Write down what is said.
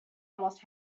almost